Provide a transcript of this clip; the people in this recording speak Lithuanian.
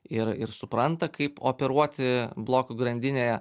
ir ir supranta kaip operuoti blokų grandinėje